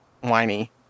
whiny